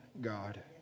God